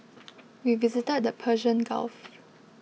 we visited the Persian Gulf